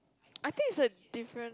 I think is the different